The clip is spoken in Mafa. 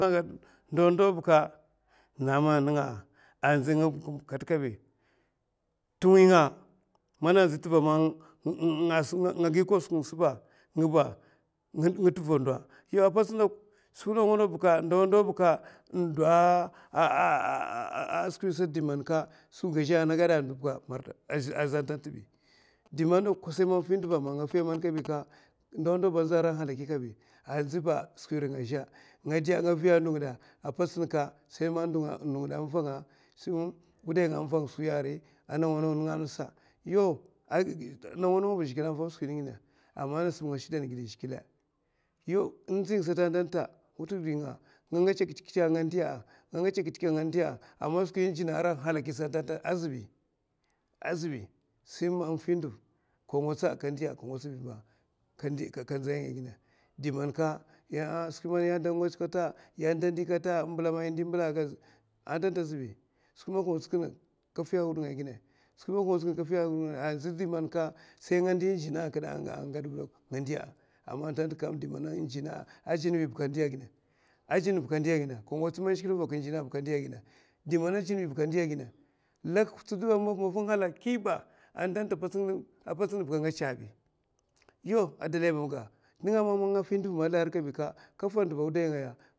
Ndawa ndawa bèka dama n'tɗ wi nga andzi ka tèva man nga gi kosuk nga, nga zɗka tèva ndo, yawa apatsna ndawa ndawa bɗka ndaza. a skwi sata mana ndo man agaèa gaèa ka skwi ga azhè ana gaèa, ndawa ndaw ba aza ara a halaki asaɓi. ndo ngièè apatsna sai man ndo nga yawa sai wudainga avanga skwi a riy, ndawa ndawa ba ka zhigilè agau ginè kaèa, ama ndzi nga sata nga ngèchè skwi kwutè kwutè nga ndiya aman skwi n'jina ara ahalaki a ngachè asaɓi yè ngèchè kata mbèla man yè ndi n'bèla aka ada ngèchè tèma? Skwi man zhigilè tsuka, aka ndiya, skwi man ka ngotsa anjina a jinè ɓi ba kandiya ginè di man zhigilè tsuka kandiya lak hutsuè n'halhalaki bè nènga a ngasa aka fata nduva a wudaynga